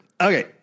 Okay